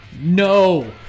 No